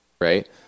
right